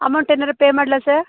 amount ಏನಾರೂ pay ಮಾಡಲಾ sir